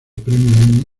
premio